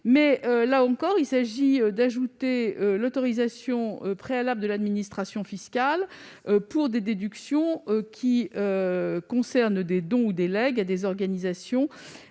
Il a pour objet de prévoir l'autorisation préalable de l'administration fiscale pour les déductions qui concernent des dons ou des legs à des organisations